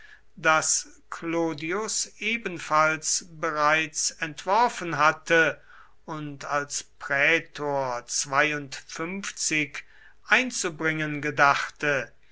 das clodius ebenfalls bereits entworfen hatte und als prätor einzubringen gedachte